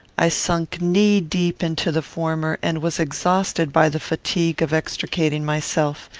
i sunk knee-deep into the former, and was exhausted by the fatigue of extricating myself.